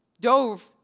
dove